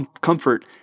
comfort